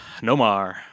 Nomar